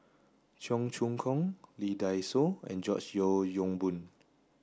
Cheong Choong Kong Lee Dai Soh and George Yeo Yong Boon